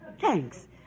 Thanks